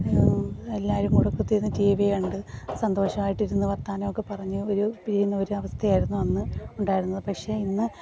എല്ലാവരും കൂടെ കുത്തിയിരുന്ന് ടീ വി കണ്ട് സന്തോഷമായിട്ടിരുന്ന് വർത്താനമൊക്കെ പറഞ്ഞ് ഒരു പിരിയുന്നൊരു അവസ്ഥയായിരുന്നു അന്ന് ഉണ്ടായിരുന്നത് പക്ഷെ ഇന്ന്